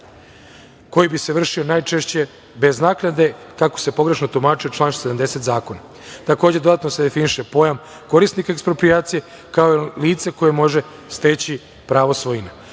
koji bi se vršio najčešće bez naknade kako se pogrešno tumačio član 70. zakona. Takođe, dodatno se definiše pojam korisnika eksproprijacije, kao i lice koje može steći pravo